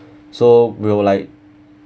so we will like